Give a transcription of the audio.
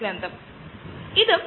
അത് നമുക്ക് എത്തനോൾ തരുന്നു